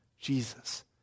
Jesus